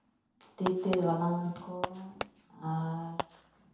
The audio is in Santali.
ᱛᱤ ᱛᱮ ᱜᱟᱞᱟᱝ ᱟᱠᱚ ᱟᱨ